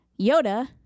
Yoda